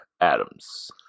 Adams